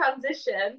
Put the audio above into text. transition